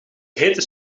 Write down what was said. hete